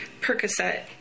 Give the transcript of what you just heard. Percocet